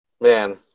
Man